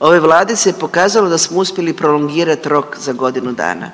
ove Vlade se pokazalo da smo uspjeli prolongirati rok za godinu dana.